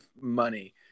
money